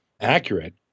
accurate